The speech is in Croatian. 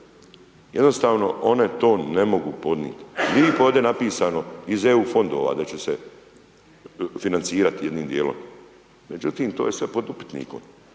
Jednostavno one to ne mogu podnijeti. .../Govornik se ne razumije./... napisano iz EU fondova da će se financirati jednim djelom međutim to je sve pod upitnikom,